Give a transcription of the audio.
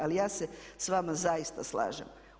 Ali ja se s vama zaista slažem.